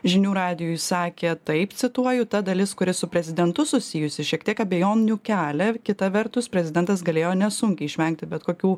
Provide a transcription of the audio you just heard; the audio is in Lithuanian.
žinių radijui sakė taip cituoju ta dalis kuri su prezidentu susijusi šiek tiek abejonių kelia ir kita vertus prezidentas galėjo nesunkiai išvengti bet kokių